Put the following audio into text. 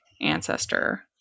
ancestor